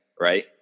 Right